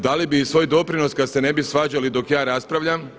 Dali bi i svoj doprinos kad se ne bi svađali dok ja raspravljam.